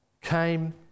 came